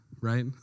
right